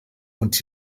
und